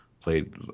played